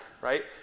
right